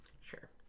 Sure